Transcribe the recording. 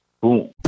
Boom